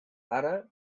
ara